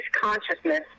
consciousness